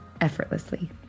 effortlessly